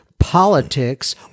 politics